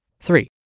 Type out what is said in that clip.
Three